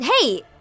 Hey-